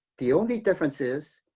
the only difference is,